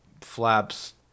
flaps